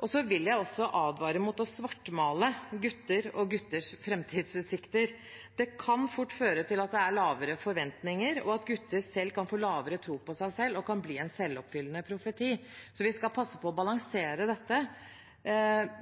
Jeg vil også advare mot å svartmale gutter og gutters framtidsutsikter. Det kan fort føre til at det er lavere forventninger, og at gutter kan få lavere tro på seg selv. Det kan bli en selvoppfyllende profeti, så vi skal passe på å balansere dette.